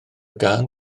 gân